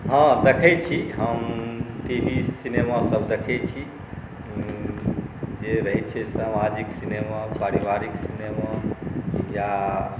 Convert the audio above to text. हँ देखै छी हम टी वी सिनेमासब देखै छी जे रहै छै सामाजिक सिनेमा पारिवारिक सिनेमा या